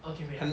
okay wait